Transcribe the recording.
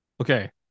Okay